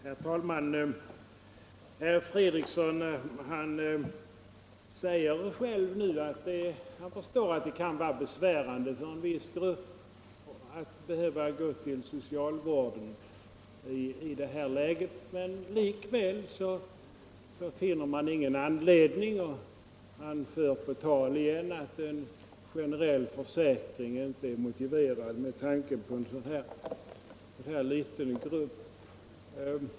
Herr talman! Herr Fredriksson säger att han förstår att det kan vara besvärande för en viss grupp människor att behöva gå till socialvården i detta läge, men likväl finner han ingen anledning att göra något. Han upprepar att en generell försäkring inte är motiverad med hänsyn till en så liten grupp.